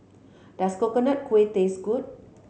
does Coconut Kuih taste good